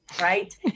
right